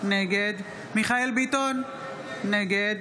נגד מיכאל מרדכי ביטון, נגד